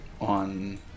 On